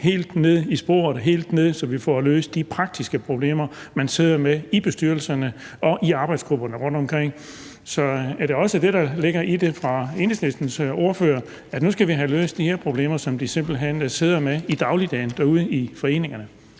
helt ned, så vi får løst de praktiske problemer, man sidder med i bestyrelserne og i arbejdsgrupperne rundtomkring. Så er det også det, der ligger i det fra Enhedslistens ordførers side, altså at nu skal vi have løst de her problemer, som de simpelt hen sidder med i dagligdagen derude i foreningerne?